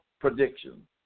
prediction